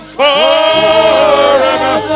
forever